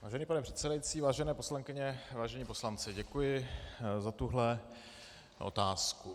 Vážený pane předsedající, vážené poslankyně, vážení poslanci, děkuji za tuhle otázku.